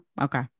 Okay